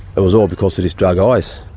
it was all because of this drug ice.